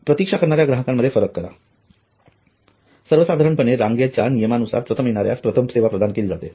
प्रतीक्षा करणाऱ्या ग्राहकामध्ये फरक करा सर्वसाधारणपणे रांगेच्या नियमानुसार प्रथम येणाऱ्यास प्रथम सेवा प्रदान केली जाते